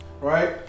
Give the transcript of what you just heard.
right